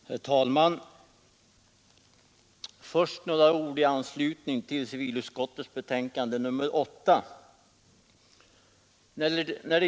Herr talman! Först några ord i anslutning till civilutskottets betänkande nr 8.